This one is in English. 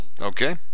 Okay